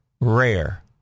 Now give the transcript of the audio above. rare